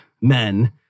men